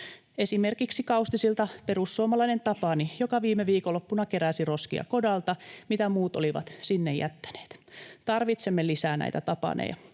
esimerkiksi Kaustisilta perussuomalainen Tapani, joka viime viikonloppuna keräsi kodalta roskia, mitä muut olivat sinne jättäneet. Tarvitsemme lisää näitä tapaneja,